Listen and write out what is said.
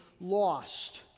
lost